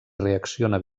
reacciona